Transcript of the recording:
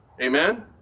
Amen